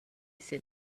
sit